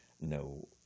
no